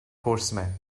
horsemen